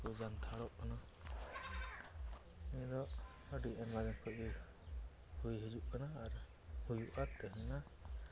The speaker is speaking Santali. ᱥᱮᱠᱚ ᱡᱟᱱᱛᱷᱟᱲᱚᱜ ᱠᱟᱱᱟ ᱱᱤᱭᱟᱹᱫᱚ ᱟᱹᱰᱤ ᱟᱭᱢᱟᱫᱤᱱ ᱠᱷᱚᱡᱜᱮ ᱦᱩᱭᱦᱤᱡᱩᱜ ᱠᱟᱱᱟ ᱟᱨ ᱦᱩᱭᱩᱜᱼᱟ ᱛᱟᱦᱮᱱᱟ